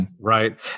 Right